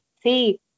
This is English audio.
see